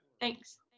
Thanks